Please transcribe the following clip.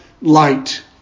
light